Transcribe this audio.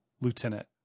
lieutenant